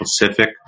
Pacific